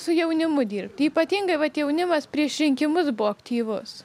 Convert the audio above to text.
su jaunimu dirbt ypatingai vat jaunimas prieš rinkimus buvo aktyvus